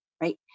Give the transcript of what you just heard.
right